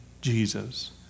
Jesus